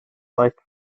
weicht